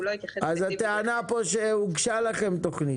הוא לא התייחס ל- -- אז הטענה פה שהוגשה לכם תכנית,